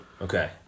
Okay